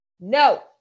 No